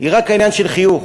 היא רק עניין של חיוך.